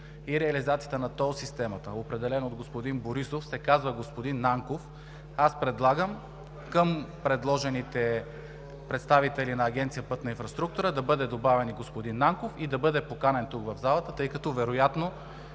и реализацията на тол системата, определена от господин Борисов, се казва господин Нанков, аз предлагам към предложените представители на Агенция „Пътна инфраструктура“ да бъде добавен и господин Нанков и да бъде поканен тук в залата, тъй като вероятно